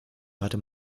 hörte